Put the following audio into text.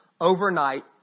overnight